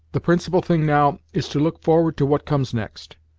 the principal thing now, is to look forward to what comes next.